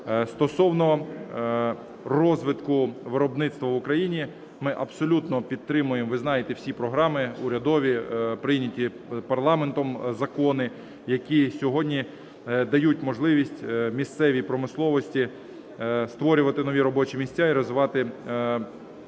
Стосовно розвитку виробництва в Україні. Ми абсолютно підтримуємо, ви знаєте всі програми урядові, прийняті парламентом закони, які сьогодні дають можливість місцевій промисловості створювати нові робочі місця і розвивати